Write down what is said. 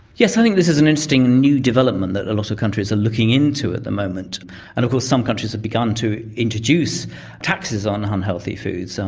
yes i think this is an interesting new development that a lot of countries are looking into at the moment. and of course some countries have begun to introduce taxes on unhealthy foods, um